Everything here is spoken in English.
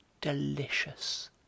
delicious